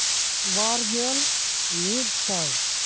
ᱵᱟᱨᱜᱮᱞ ᱢᱤᱫᱥᱟᱭ